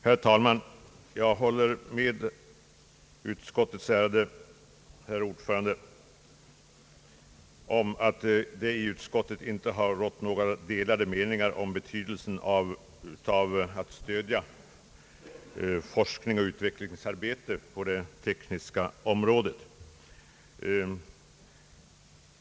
Herr talman! Jag håller med utskottets ärade herr ordförande om att det i utskottet inte har rått några delade meningar om betydelsen av att stödja forskningsoch utvecklingsarbete på det tekniska området.